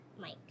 Mike